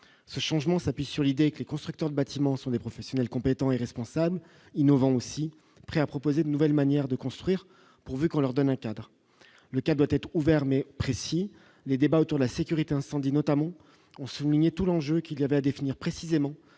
ce changement s'appuie sur l'idée que les constructeurs de bâtiments sont des professionnels compétents et responsables innovant aussi prêt à proposer une nouvelle manière de construire, pourvu qu'on leur donne un cadre le cas doit être ouvert mais précis, les débats autour de la sécurité incendie, notamment, ont souligné tout l'enjeu qu'il y avait à définir précisément